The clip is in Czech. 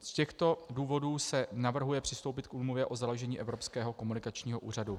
Z těchto důvodů se navrhuje přistoupit k úmluvě o založení Evropského komunikačního úřadu.